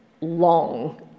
long